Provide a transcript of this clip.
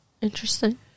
Interesting